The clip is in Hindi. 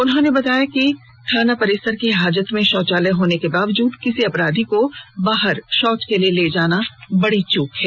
उन्होंने कहा कि थाना परिसर के हाजत में शौचालय होने के बाद भी किसी अपराधी को बाहर शौच के लिए ले जाना बड़ी चूक है